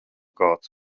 kāds